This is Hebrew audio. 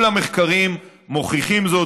כל המחקרים מוכיחים זאת,